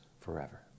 forever